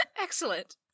Excellent